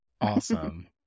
Awesome